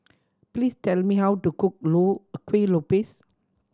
please tell me how to cook Kueh Lopes